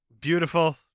beautiful